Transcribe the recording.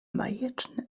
bajeczne